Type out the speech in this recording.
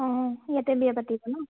অঁ ইয়াতে বিয়া পাতিব ন